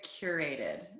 curated